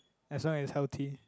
as long as healthy